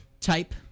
Type